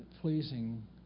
pleasing